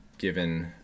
given